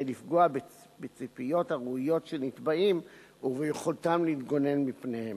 לפגוע בציפיות הראויות של נתבעים וביכולתם להתגונן מפניהן,